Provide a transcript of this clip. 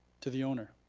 to the owner?